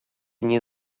nie